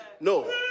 No